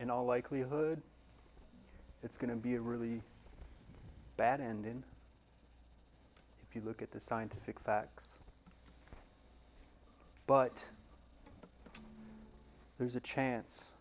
in all likelihood it's going to be a really bad end in if you look at the scientific facts but there's a chance